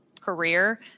career